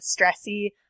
stressy